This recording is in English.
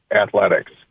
athletics